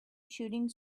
shooting